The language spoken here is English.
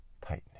tightening